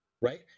right